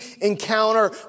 encounter